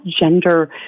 gender